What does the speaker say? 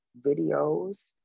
videos